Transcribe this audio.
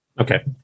Okay